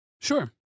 Sure